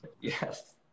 Yes